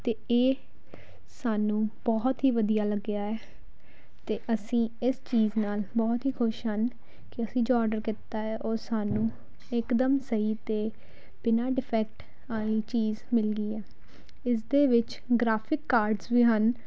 ਅਤੇ ਇਹ ਸਾਨੂੰ ਬਹੁਤ ਹੀ ਵਧੀਆ ਲੱਗਿਆ ਹੈ ਅਤੇ ਅਸੀਂ ਇਸ ਚੀਜ਼ ਨਾਲ ਬਹੁਤ ਹੀ ਖੁਸ਼ ਹਨ ਕਿ ਅਸੀਂ ਜੋ ਆਰਡਰ ਕੀਤਾ ਹੈ ਉਹ ਸਾਨੂੰ ਇੱਕਦਮ ਸਹੀ ਅਤੇ ਬਿਨਾਂ ਡਿਫੈਕਟ ਵਾਲੀ ਚੀਜ਼ ਮਿਲ ਗਈ ਹੈ ਇਸ ਦੇ ਵਿੱਚ ਗ੍ਰਾਫਿਕ ਕਾਰਡਸ ਵੀ ਹਨ